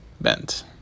Bent